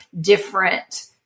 different